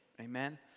Amen